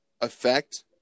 effect